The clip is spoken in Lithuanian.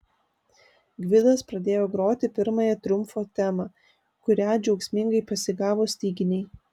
gvidas pradėjo groti pirmąją triumfo temą kurią džiaugsmingai pasigavo styginiai